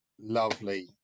lovely